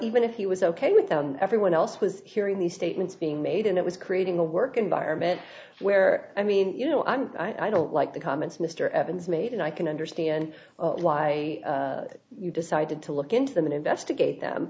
even if he was ok with everyone else was hearing these statements being made and it was creating a work environment where i mean you know i'm i don't like the comments mr evans made and i can understand why you decided to look into them and investigate them